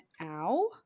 ow